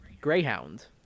Greyhound